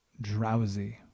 drowsy